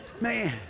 Man